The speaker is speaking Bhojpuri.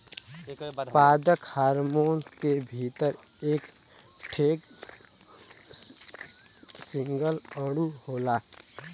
पादप हार्मोन के भीतर एक ठे सिंगल अणु होला